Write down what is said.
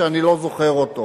שאני לא זוכר אותו,